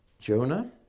Jonah